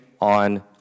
on